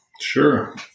Sure